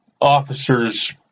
officers